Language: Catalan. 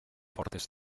fortes